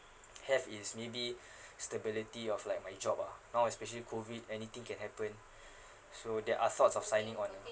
have is maybe stability of like my job ah now especially COVID anything can happen so there are thoughts of signing on ah